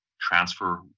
transfer